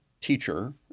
teacher